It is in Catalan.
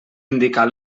indicar